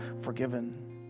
forgiven